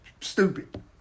stupid